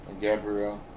Gabrielle